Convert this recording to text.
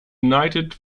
united